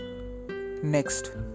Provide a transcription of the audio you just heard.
Next